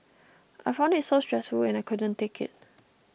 I found it so stressful and I couldn't take it